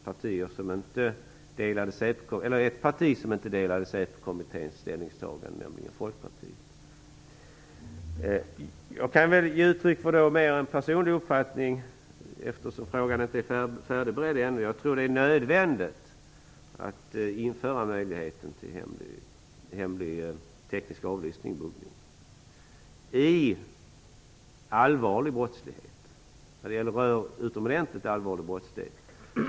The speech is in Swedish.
Det finns ett parti som inte delade Säpokommitténs ställningstagande, nämligen Folkpartiet. Jag kan ge uttryck för en mera personlig uppfattning, eftersom frågan inte är färdigberedd. Jag tror att det är nödvändigt att införa möjligheten till hemlig teknisk avlyssning, buggning, när det gäller utomordentligt allvarlig brottslighet.